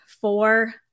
four